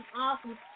awesome